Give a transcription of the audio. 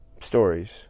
stories